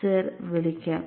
cir വിളിക്കാം